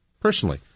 personally